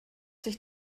sich